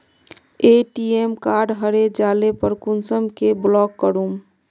ATM card हरे जाले पर कुंसम के ब्लॉक करूम?